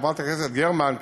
חברת הכנסת גרמן,